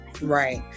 Right